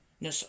No